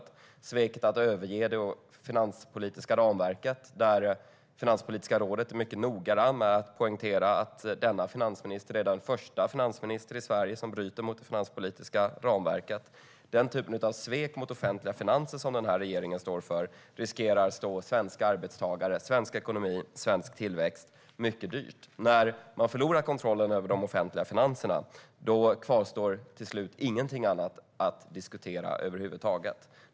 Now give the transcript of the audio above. Det handlar om sveket att överge det finanspolitiska ramverket. Finanspolitiska rådet är mycket noga med att poängtera att denna finansminister är den första finansminister i Sverige som bryter mot det finanspolitiska ramverket. Den typen av svek mot offentliga finanser som den här regeringen står för riskerar att stå svenska arbetstagare, svensk ekonomi och svensk tillväxt mycket dyrt. När man förlorar kontrollen över de offentliga finanserna kvarstår till slut ingenting annat att diskutera över huvud taget.